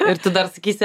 ir tu dar sakysi